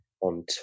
on